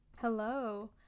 Hello